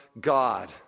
God